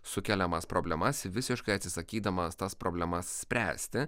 sukeliamas problemas visiškai atsisakydamas tas problemas spręsti